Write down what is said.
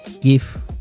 give